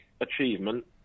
achievement